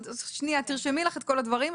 שנייה, תרשמי לך את כל הדברים.